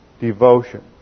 devotion